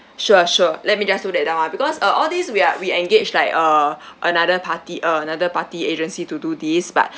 sure sure let me just note that down ah because uh all these we are we engage like uh another party another party agency to do this but